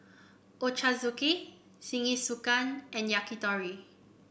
Ochazuke Jingisukan and Yakitori